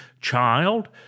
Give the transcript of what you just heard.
child